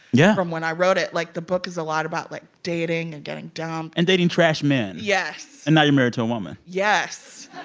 yeah. from when i wrote it. like, the book is a lot about, like, dating and getting dumped and dating trash men yes and now you're married to a woman yes.